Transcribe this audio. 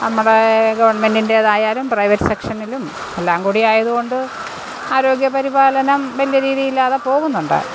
നമ്മുടെ ഗവൺമെൻറ്റിൻ്റെതായാലും പ്രൈവറ്റ് സെക്ഷനിലും എല്ലാംകൂടി ആയതുകൊണ്ട് ആരോഗ്യപരിപാലനം വലിയ ഒരിതില്ലാതെ പോകുന്നുണ്ട്